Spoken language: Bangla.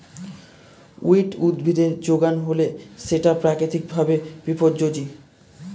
উইড উদ্ভিদের যোগান হলে সেটা প্রাকৃতিক ভাবে বিপর্যোজী